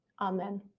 Amen